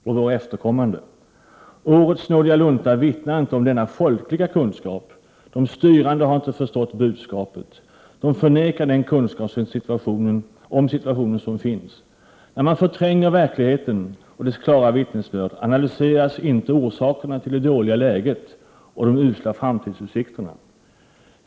Fru talman! Vi har haft ett miljöval där det svenska folket har givit ett klart besked: miljöfrågorna är de centrala framtidsfrågorna. Om vi inte klarar miljön, klarar vi inte heller framtiden för oss eller våra efterkommande. Årets ”nådiga lunta” vittnar inte om denna folkliga kunskap. De styrande har inte förstått budskapet. De förnekar den kunskap om situationen som finns. När man förtränger verkligheten och dess klara vittnesbörd analyseras inte orsakerna till det dåliga läget och de usla framtidsutsikterna.